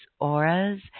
auras